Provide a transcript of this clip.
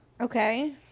Okay